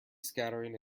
scattering